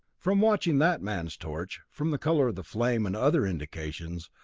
from watching that man's torch, from the color of the flame and other indications,